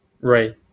right